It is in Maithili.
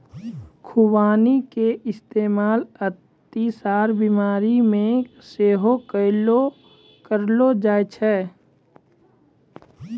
खुबानी के इस्तेमाल अतिसार बिमारी मे सेहो करलो जाय छै